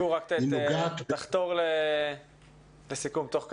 נוגעת --- גור, רק תחתור לסיכום תוך כדי.